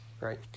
right